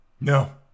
No